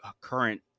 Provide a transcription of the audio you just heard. current